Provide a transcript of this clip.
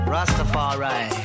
Rastafari